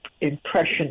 impression